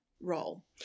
role